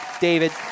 David